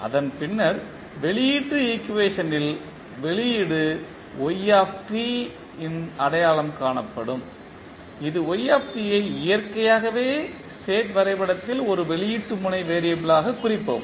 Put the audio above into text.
அதன் பின்னர் வெளியீட்டு ஈக்குவேஷன்ட்டில் வெளியீடு y ம் அடையாளம் காணப்படும் இது y ஐ இயற்கையாகவே ஸ்டேட் வரைபடத்தில் ஒரு வெளியீட்டு முனை வெறியபிளாக குறிப்போம்